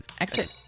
exit